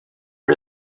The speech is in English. are